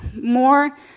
more